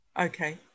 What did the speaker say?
Okay